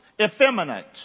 effeminate